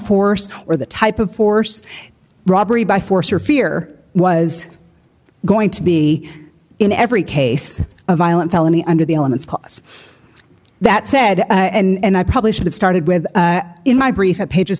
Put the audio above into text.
force or the type of force robbery by force or fear was going to be in every case a violent felony under the elements that said and i probably should have started with in my brief a page